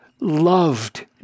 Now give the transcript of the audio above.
loved